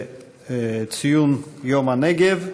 להצעה לסדר-היום בנושא: ציון יום הנגב,